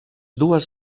dues